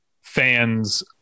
fans